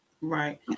Right